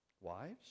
wives